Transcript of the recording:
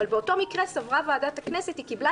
אבל באותו מקרה ועדת הכנסת סברה וקיבלה